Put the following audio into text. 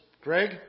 Greg